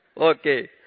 Okay